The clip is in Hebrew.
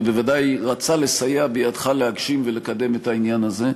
ובוודאי רצה לסייע בידך להגשים ולקדם את העניין הזה,